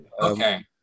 Okay